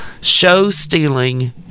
show-stealing